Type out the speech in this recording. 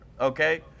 Okay